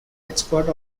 expert